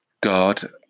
God